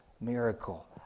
miracle